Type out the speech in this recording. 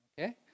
okay